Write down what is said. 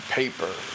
paper